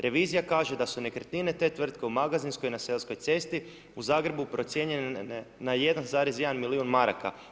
Revizija kaže da su nekretnine te tvrtke u Magazinskoj na Selskoj cesti u Zagrebu procijenjene na 1,1 milijun maraka.